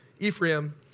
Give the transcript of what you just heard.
Ephraim